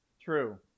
true